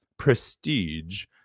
prestige